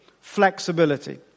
flexibility